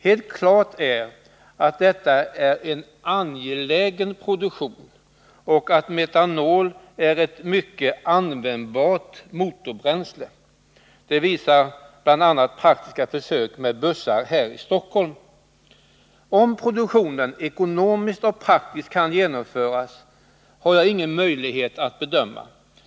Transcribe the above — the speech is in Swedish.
Helt klart är att detta är en angelägen produktion och att metanol är ett mycket användbart motorbränsle. Det visar bl.a. praktiska försök med bussar här i Stockholm. Jag har dock ingen möjlighet att bedöma om produktionen kan genomföras ekonomiskt och praktiskt.